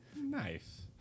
Nice